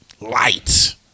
Light